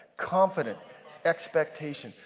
confident expectation.